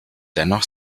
dennoch